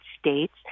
States